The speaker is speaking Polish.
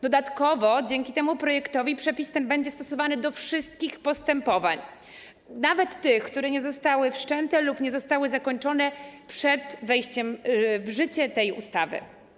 Dodatkowo dzięki temu projektowi przepis ten będzie stosowany do wszystkich postępowań, nawet tych, które nie zostały wszczęte lub nie zostały zakończone przed wejściem w życie tej ustawy.